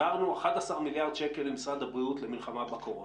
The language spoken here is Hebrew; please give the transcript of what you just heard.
העברנו 11 מיליארד שקל למשרד הבריאות למלחמה בקורונה.